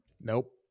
Nope